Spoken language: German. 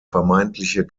vermeintliche